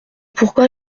pourquoi